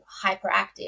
hyperactive